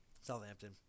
Southampton